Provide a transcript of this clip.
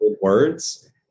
words